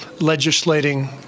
legislating